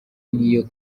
n’iyo